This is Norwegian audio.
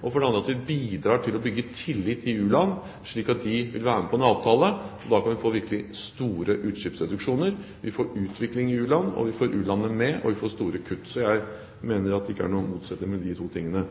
og for det andre at vi bidrar til å bygge tillit i u-land, slik at de vil være med på en avtale – og da kan vi få virkelig store utslippsreduksjoner, vi får utvikling i u-land, vi får u-landene med, og vi får store kutt – så jeg mener at det ikke er noen motsetning mellom de to tingene.